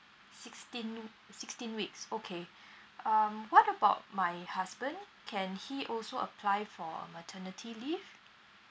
sixteen sixteen weeks okay um what about my husband can he also apply for maternity leave